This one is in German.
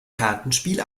kartenspiel